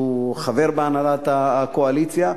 שהוא חבר בהנהלת הקואליציה.